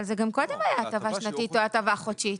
אבל זה גם קודם היה הטבה שנתית או הטבה חודשית.